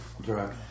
drug